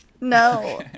No